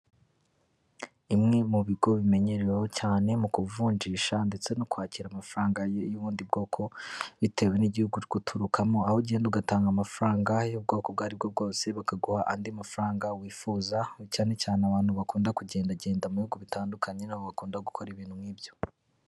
Imwe mu bigo bimenyereweho cyane mu kuvunjisha ndetse no kwakira amafaranga y'ubundi bwoko, bitewe n'igihugu uri guturukamo, aho ugenda ugatanga amafaranga y'ubwoko ubwo aribwo bwose, bakaguha andi mafaranga wifuza, cyane cyane abantu bakunda kugenda genda mu bihugu bitandukanye, nibo bakunda gukora ibintu nk'ibyo.